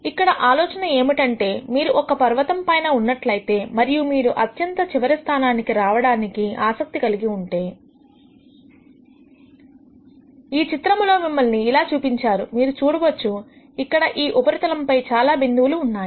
ఇక్కడ ఆలోచన ఏమిటంటే మీరు ఒక పర్వతము పైన ఉన్నట్లయితే మరియు మీరు అత్యంత చివరికి స్థానానికి రావడానికి ఆసక్తి కలిగి ఉంటేఈ చిత్రము లో మిమ్మల్ని ఇలా చూపించారు మీరు చూడవచ్చు ఇక్కడ ఈ ఉపరితలంపై చాలా బిందువులు ఉన్నాయి